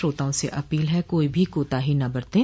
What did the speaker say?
श्रोताओं से अपील है कि कोई भी कोताही न बरतें